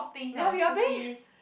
ya we are paying